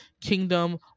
kingdom